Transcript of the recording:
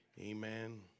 Amen